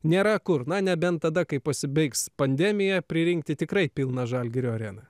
nėra kur na nebent tada kai pasibaigs pandemija pririnkti tikrai pilną žalgirio areną